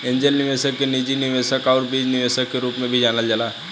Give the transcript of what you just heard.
angel निवेशक के निजी निवेशक आउर बीज निवेशक के रूप में भी जानल जाला